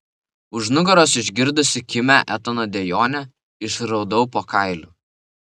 už nugaros išgirdusi kimią etano dejonę išraudau po kailiu